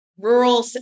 Rural